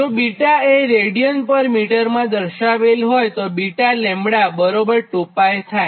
જો 𝛽 એ રેડિયનમીટરમાં દર્શાવેલ હોયતો 𝛽 λ 2𝜋 થાય